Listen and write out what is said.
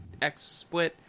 XSplit